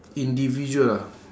individual ah